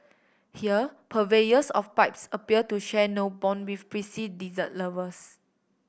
here purveyors of pipes appear to share no bond with prissy dessert lovers